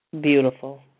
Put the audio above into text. Beautiful